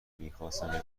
میخواستم